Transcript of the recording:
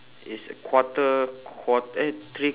it's quarter quart~ eh three